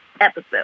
episode